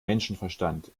menschenverstand